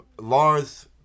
Lars